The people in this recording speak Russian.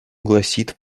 гласит